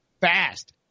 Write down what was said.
fast